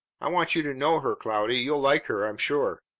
i want you to know her, cloudy. you'll like her, i'm sure.